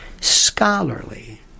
scholarly